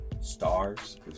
Stars